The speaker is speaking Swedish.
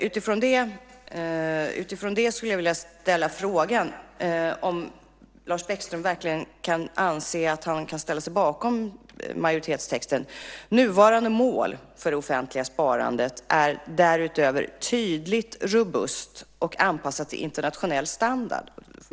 Utifrån detta vill jag ställa frågan om Lars Bäckström verkligen kan ställa sig bakom majoritetstexten: Nuvarande mål för det offentliga sparandet är därutöver tydligt robust och anpassat efter internationell standard.